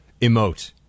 emote